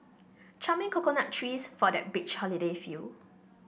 charming coconut trees for that beach holiday feel